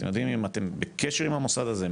אתם יודעים אם אתם בקשר עם המוסד הזה,